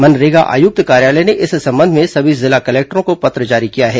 मनरेगा आयुक्त कार्यालय ने इस संबंध में सभी जिला कलेक्टरों को पत्र जारी किया है